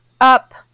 up